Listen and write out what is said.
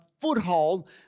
foothold